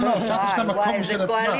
לא לא, ש"ס יש לה מקום משל עצמה.